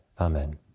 Amen